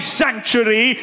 sanctuary